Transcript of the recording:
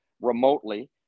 remotely